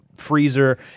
freezer